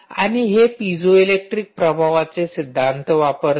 आणि हे पिझोइलेक्ट्रिक प्रभावाचे सिद्धांत वापरते